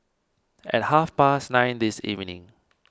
at half past nine this evening